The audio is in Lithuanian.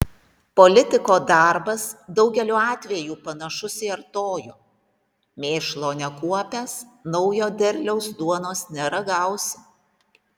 politiko darbas daugeliu atvejų panašus į artojo mėšlo nekuopęs naujo derliaus duonos neragausi